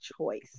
choice